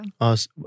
Yes